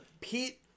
Pete